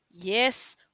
Yes